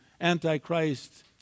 Antichrist